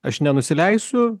aš nenusileisiu